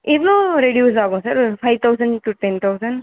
எவ்வளோ ரெடியூஸாகும் சார் ஒரு five thousand to ten thousand